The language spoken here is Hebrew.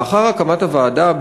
לאחר הקמת הוועדה,